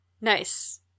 Nice